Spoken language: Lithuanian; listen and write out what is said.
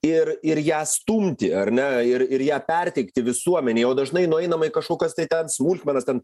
ir ir ją stumti ar ne ir ir ją perteikti visuomenei o dažnai nueinama į kažkokias tai ten smulkmenas ten